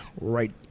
right